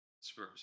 Spurs